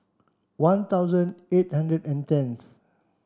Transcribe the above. one thousand eight hundred and tenth